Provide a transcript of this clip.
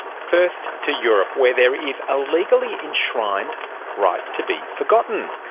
first to europe where there is a legally enshrined right to be forgotten.